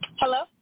Hello